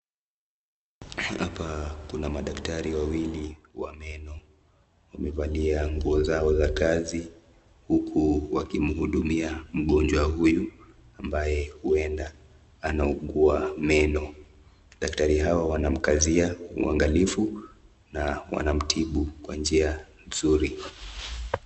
Hapa kuna madaktari wawili wa meno wamevalia nguo zao za kazi huku wakimhudumia mgonjwa huyu ambaye huenda anaugua meno. Daktari hawa wanamkazia uangalifu na wanamtibu kwa njia mzuri.